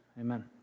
Amen